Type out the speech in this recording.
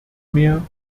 meer